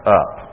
up